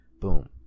boom